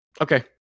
Okay